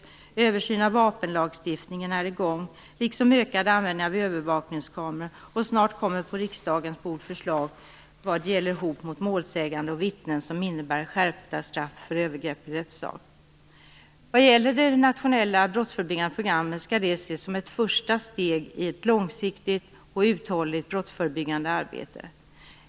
En översyn av vapenlagstiftningen är i gång liksom en ökad användning av övervakningskameror. Snart kommer på riksdagens bord förslag om hot mot målsägande och vittnen som innebär skärpta straff för övergrepp i rättssak. Det nationella brottsförebyggande programmet skall ses som ett första steg i ett långsiktigt och uthålligt brottsförebyggande arbete.